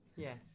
Yes